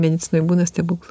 medicinoj būna stebuklų